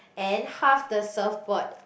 and half the surfboard